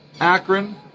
Akron